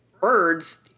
birds –